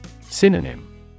Synonym